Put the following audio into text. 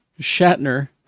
Shatner